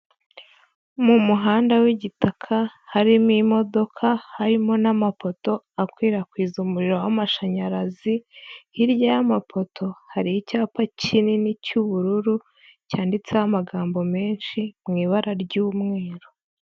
Mu muhanda w'igitaka, harimo imodoka, harimo n'amapoto akwirakwiza umuriro w'amashanyarazi, hirya y'amapoto hari icyapa kinini cy'ubururu cyanditseho amagambo menshi, mu ibara ry'umweru.